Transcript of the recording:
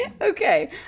Okay